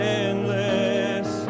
endless